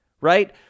Right